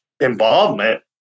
involvement